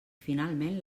finalment